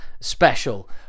special